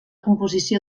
composició